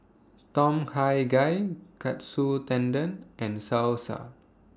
Tom Kha Gai Katsu Tendon and Salsa